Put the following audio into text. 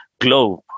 globe